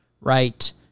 right